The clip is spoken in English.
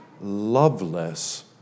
loveless